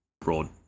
broad